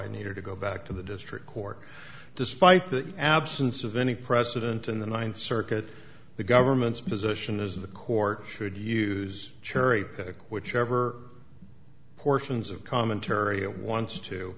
i needed to go back to the district court despite the absence of any precedent in the ninth circuit the government's position is the court should use cherry pick whichever portions of commentary it wants to